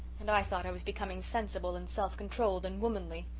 and i thought i was becoming sensible and self-controlled and womanly!